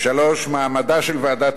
3. מעמדה של ועדת